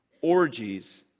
orgies